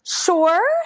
Sure